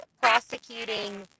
prosecuting